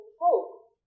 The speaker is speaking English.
hope